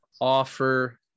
offer